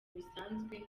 bisanzwe